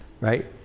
right